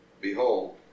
Behold